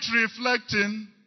reflecting